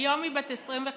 היום היא בת 25,